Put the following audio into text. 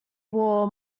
war